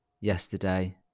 yesterday